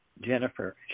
Jennifer